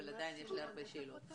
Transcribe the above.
אבל עדיין יש לי הרבה שאלות.